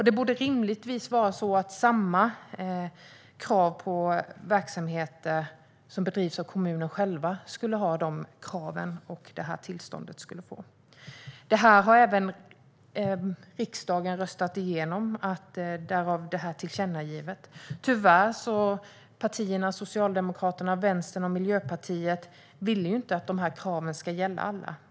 Det borde rimligtvis vara så att det ställs samma krav på verksamheter som bedrivs av kommuner för att man ska få detta tillstånd. Det här har riksdagen röstat igenom, därav detta tillkännagivande. Tyvärr ville inte Socialdemokraterna, Vänsterpartiet och Miljöpartiet att dessa krav skulle gälla alla.